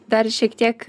dar šiek tiek